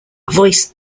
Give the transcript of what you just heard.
voice